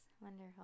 Wonderful